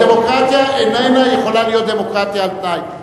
הדמוקרטיה איננה יכולה להיות דמוקרטיה על-תנאי.